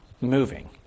moving